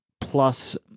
plus